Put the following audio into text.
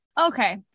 Okay